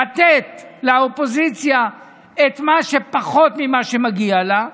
לתת לאופוזיציה פחות ממה שמגיע לה,